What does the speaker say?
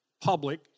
public